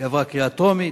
היא עברה בקריאה טרומית,